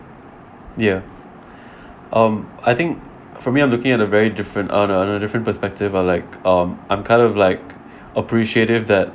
ya um I think for me I'm looking at a very different uh ano~ another different perspective of like um I'm kind of like appreciative that